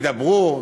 וידברו,